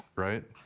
right?